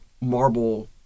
marble